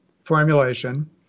formulation